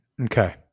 Okay